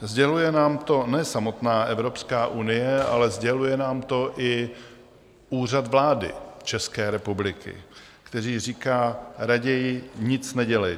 Sděluje nám to ne samotná Evropská unie, ale sděluje nám to i Úřad vlády České republiky, který říká: Raději nic nedělejte!